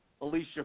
Alicia